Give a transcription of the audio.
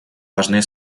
важные